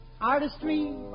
Artistry